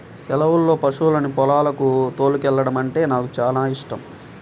సెలవుల్లో పశువులను పొలాలకు తోలుకెల్లడమంటే నాకు చానా యిష్టం